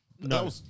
No